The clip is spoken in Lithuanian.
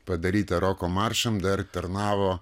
padaryta roko maršam dar tarnavo